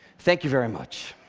thank you very much.